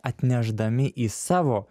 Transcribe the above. atnešdami į savo